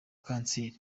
kanseri